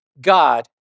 God